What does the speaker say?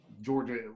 Georgia